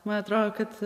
man atrodo kad